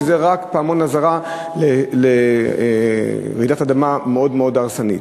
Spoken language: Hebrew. שזה רק פעמון אזהרה על רעידת אדמה מאוד מאוד הרסנית.